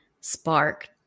spark